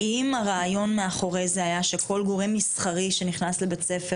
האם הרעיון מאחורי זה היה שכל גורם מסחרי שנכנס לבית ספר